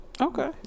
Okay